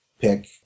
pick